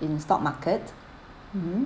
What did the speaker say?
in stock market mm